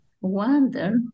wonder